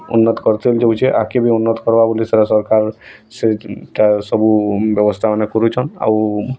ଅନୁରୋଧ କର୍ଛେ ବୋଲୁଛି ଯାଉଛି ଆଗ୍କେ ବି ଅନୁରୋଧ କର୍ବା ବୋଲି ସେ ସରକାର ସେ ଚିନ୍ତା ସବୁ ବ୍ୟବସ୍ଥା ମାନ କରୁଛନ୍ ଆଉ